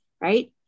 Right